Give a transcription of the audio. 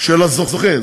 של הזוכה.